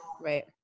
right